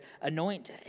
anoint